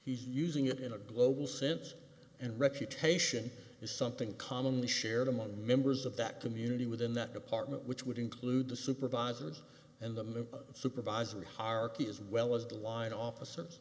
he's using it in a global sense and reputation is something commonly shared among members of that community within that department which would include the supervisors and the supervisor hierarchy as well as the line officers